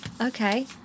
Okay